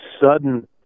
sudden